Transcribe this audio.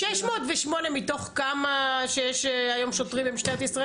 608 מתוך כמה שיש היום שוטרים במשטרת ישראל?